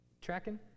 Tracking